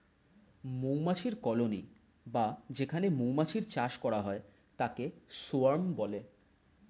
মৌমাছির কলোনি বা যেখানে মৌমাছির চাষ করা হয় তাকে সোয়ার্ম বলে